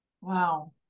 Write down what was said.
Wow